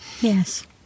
yes